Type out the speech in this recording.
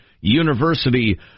university